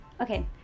Okay